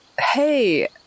hey